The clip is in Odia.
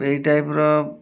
ଏଇ ଟାଇପ୍ର